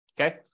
Okay